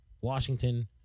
Washington